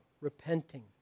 repenting